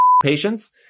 patience